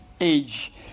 age